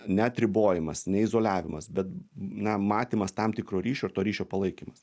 neatribojimas ne izoliavimas bet na matymas tam tikro ryšio ir to ryšio palaikymas